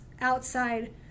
outside